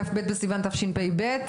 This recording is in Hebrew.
כ"ב בסיוון תשפ"ב,